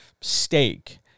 steak